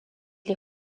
les